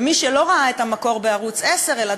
ומי שלא ראה את "המקור" בערוץ 10 אלא